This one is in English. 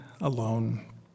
alone